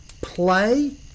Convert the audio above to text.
play